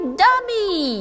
dummy